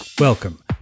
Welcome